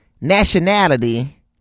nationality